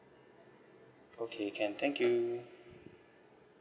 okay can thank you